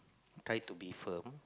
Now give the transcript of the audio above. try to be firm